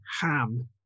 ham